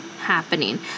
happening